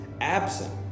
absent